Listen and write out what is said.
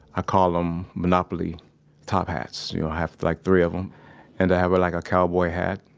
ah call em monopoly top hats. you know i have like three of em and i have like a cowboy hat,